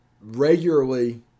regularly